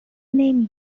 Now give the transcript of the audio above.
نمی